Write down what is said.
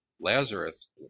Lazarus